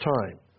time